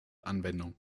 anwendung